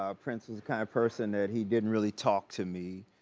um prince is the kind of person that he didn't really talk to me.